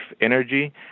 energy